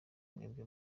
mwebwe